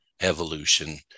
evolution